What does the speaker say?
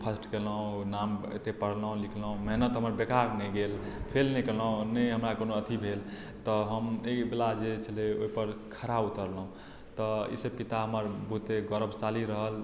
first केलहुॅं नाम एते पढ़लहुॅं लिखलहुॅं मेहनत हमर बेकार नहि गेल फैल नहि केलहुॅं नहि हमरा कोनो अथी भेल तऽ हम एहि वाला जे छलै ओहिपर खड़ा उतरलहुॅं तऽ एहिसँ पिता हमर बहुते गौरवशाली रहल